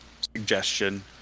suggestion